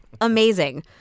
Amazing